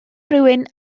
rywun